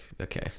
okay